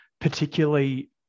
particularly